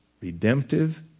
redemptive